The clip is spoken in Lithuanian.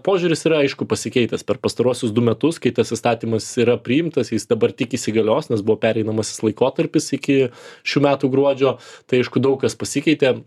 požiūris yra aišku pasikeitęs per pastaruosius du metus kai tas įstatymas yra priimtas jis dabar tik įsigalios nes buvo pereinamasis laikotarpis iki šių metų gruodžio tai aišku daug kas pasikeitė